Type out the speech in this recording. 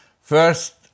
First